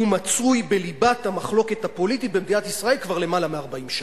מצוי בליבת המחלוקת הפוליטית במדינת ישראל כבר למעלה מ-40 שנה.